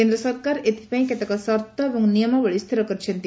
କେନ୍ଦ୍ର ସରକାର ଏଥପାଇଁ କେତେକ ସର୍ଉ ଏବଂ ନିୟମାବଳୀ ସ୍ଥିର କରିଛନ୍ତି